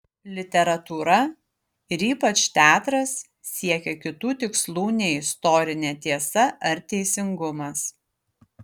literatūra ir ypač teatras siekia kitų tikslų nei istorinė tiesa ar teisingumas